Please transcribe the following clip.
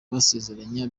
kubasezeranya